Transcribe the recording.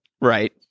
Right